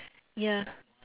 ya